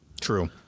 True